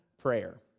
prayer